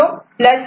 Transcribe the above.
A'